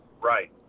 Right